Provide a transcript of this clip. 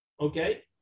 Okay